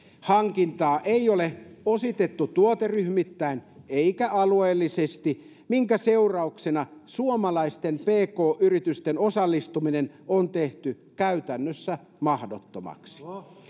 hankintaa ei ole ositettu tuoteryhmittäin eikä alueellisesti minkä seurauksena suomalaisten pk yritysten osallistuminen on tehty käytännössä mahdottomaksi